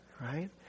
Right